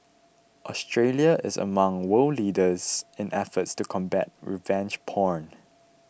Australia is among world leaders in efforts to combat revenge porn